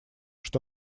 что